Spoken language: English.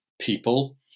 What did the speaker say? people